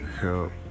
help